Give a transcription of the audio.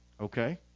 okay